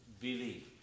believe